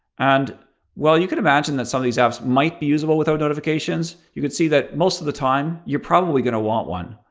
and while you could imagine that some of these apps might be usable without notifications, you could see that most of the time, you're probably going to want one.